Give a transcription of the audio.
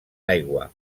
aigua